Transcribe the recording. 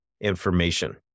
information